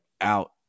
out